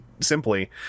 simply